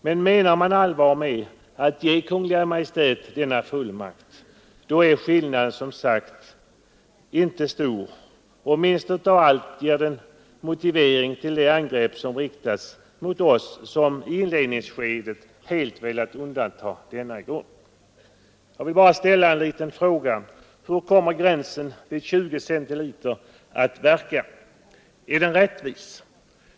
Men menar man allvar med att ge Kungl. Maj:t denna fullmakt är skillnaden som sagt inte stor, och minst av allt ger den motivering till de angrepp som riktats mot oss som i inledningsskedet helt velat undanta denna grupp. Jag vill bara ställa en liten fråga: Hur kommer gränsen vid 20 centiliter att verka? Är den rättvis?